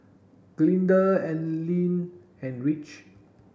Glinda Ailene and Rich